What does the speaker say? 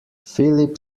philip